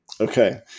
Okay